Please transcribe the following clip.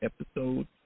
episode